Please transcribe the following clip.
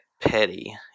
petty